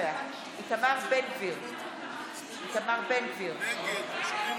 הצעת החוק להסדרת השימוש בקנביס רפואי גם מורידה